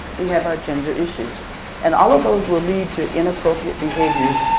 we have our gender issues and all of those will lead to inappropriate behaviors,